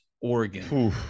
Oregon